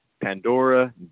Pandora